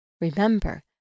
Remember